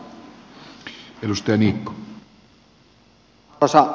arvoisa puhemies